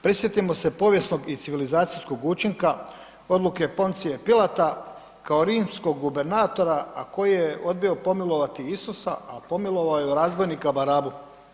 Prisjetimo se povijesnog i civilizacijskog učinka odluke Poncija Pilata kao rimskog gubernatora, a koji je odbio pomilovati Isusa, a pomilovao je razbojnika Barabu.